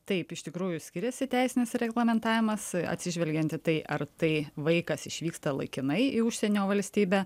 taip iš tikrųjų skiriasi teisinis reglamentavimas atsižvelgiant į tai ar tai vaikas išvyksta laikinai į užsienio valstybę